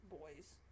boys